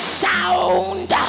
sound